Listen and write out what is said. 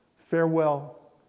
Farewell